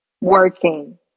working